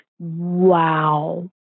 Wow